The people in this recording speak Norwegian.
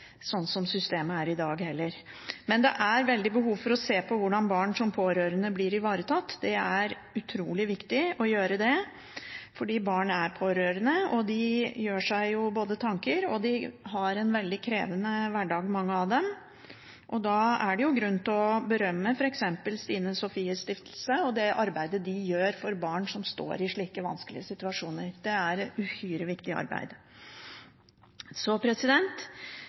sånn som systemet er i dag, heller. Det er veldig behov for å se på hvordan barn som pårørende blir ivaretatt. Det er utrolig viktig å gjøre det fordi barn er pårørende, de gjør seg sine tanker, og mange av dem har en veldig krevende hverdag. Da er det grunn til å berømme f.eks. Stine Sofies Stiftelse og det arbeidet de gjør for barn som står i slike vanskelige situasjoner. Det er et uhyre viktig arbeid.